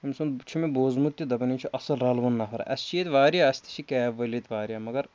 أمۍ سُنٛد چھُ مےٚ بوٗزمُت کہِ دَپان یہِ چھُ اَصٕل رَلوُن نفر اَسہِ چھِ ییٚتہِ واریاہ اَسہِ تہِ چھِ کیب وٲلۍ ییٚتہِ واریاہ مگر